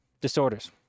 disorders